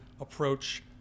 approach